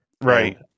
Right